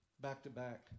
back-to-back